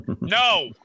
No